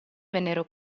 vennero